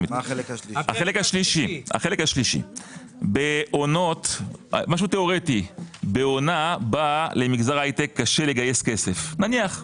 החלק השלישי בעונה בה למגזר ההייטק קשה לגייס כסף - נניח,